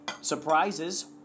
surprises